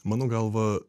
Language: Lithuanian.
mano galva